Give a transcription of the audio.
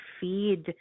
feed